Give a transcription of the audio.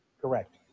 Correct